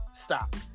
stop